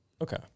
Okay